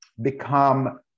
become